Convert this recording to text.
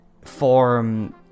form